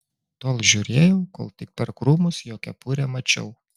tol žiūrėjau kol tik per krūmus jo kepurę mačiau